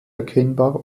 erkennbar